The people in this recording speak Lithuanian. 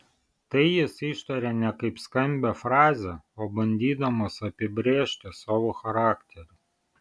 tai jis ištaria ne kaip skambią frazę o bandydamas apibrėžti savo charakterį